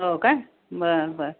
हो का बरं बरं